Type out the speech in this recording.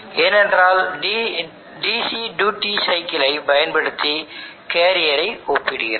ஏனென்றால் DC duty சைக்கிளை பயன்படுத்தி கேரியரை ஒப்பிடுகிறது